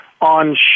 on